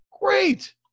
great